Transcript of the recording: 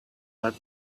but